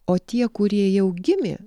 o tie kurie jau gimė